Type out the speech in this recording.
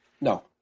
No